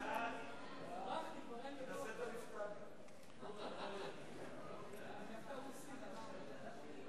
ההסתייגות של חבר הכנסת יריב לוין לסעיף 5 נתקבלה.